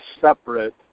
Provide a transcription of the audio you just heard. separate